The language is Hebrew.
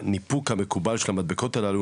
הניפוק המקובל של המדבקות הללו,